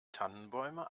tannenbäume